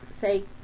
say